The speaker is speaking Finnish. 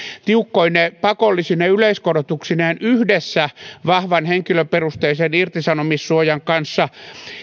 tiukkoine pakollisine yleiskorotuksineen yhdessä vahvan henkilöperusteisen irtisanomissuojan kanssa